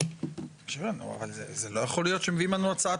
--- לא יכול להיות שמביאים לנו הצעת